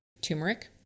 turmeric